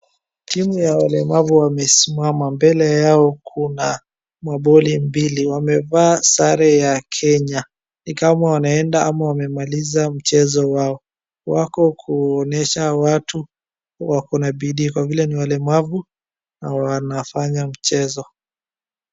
Timu ya walemavu wamesimama. Mbele yao kuna maboli mbili. Wamevaa sare ya Kenya. Ni kama wanaenda ama wamemaliza mchezo wao. Wako kuonyesha watu wako na bidii kwa vile ni walemavu au wanafanya mchezo.